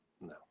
No